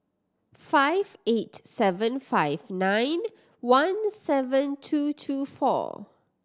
five eight seven five nine one seven two two four